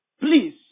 please